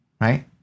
right